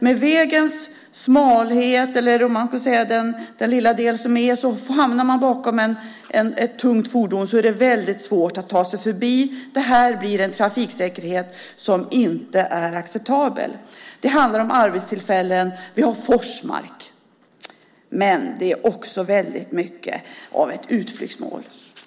Med tanke på hur liten vägen är så är det väldigt svårt att ta sig förbi om man hamnar bakom ett tungt fordon. Detta medför att trafiksäkerheten inte blir acceptabel. Det handlar om arbetstillfällen. Vi har Forsmark. Området är också väldigt mycket av ett utflyktsmål.